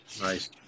Nice